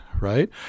right